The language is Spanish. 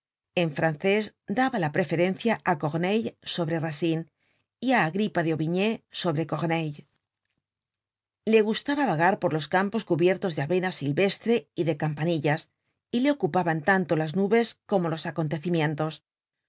en francés daba la preferencia á corneille sobre racine y á agripa de aubigne sobre corneille le gustaba vagar por los campos cubiertos de avena silvestre y de campanillas y le ocupaban tanto las nubes como los acontecimientos